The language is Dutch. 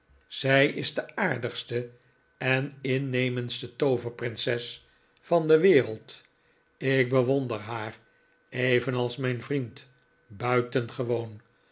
zij is de aardigste en innemendste tooverprinses van de wereld ik bewonder haar evenals mijn vriend buitengewoon